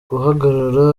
guhagarara